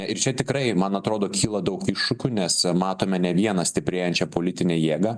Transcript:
ir čia tikrai man atrodo kyla daug iššūkių nes matome ne vieną stiprėjančią politinę jėgą